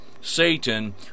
Satan